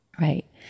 right